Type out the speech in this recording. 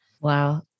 Wow